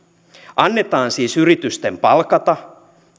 annetaan siis yritysten palkata